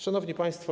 Szanowni Państwo!